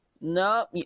No